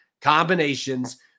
combinations